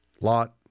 Lot